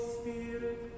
Spirit